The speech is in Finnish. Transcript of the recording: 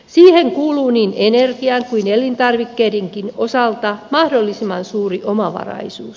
siihen kuuluu niin energian kuin elintarvikkeidenkin osalta mahdollisimman suuri omavaraisuus